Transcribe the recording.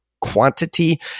quantity